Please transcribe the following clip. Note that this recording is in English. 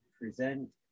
present